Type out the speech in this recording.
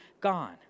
gone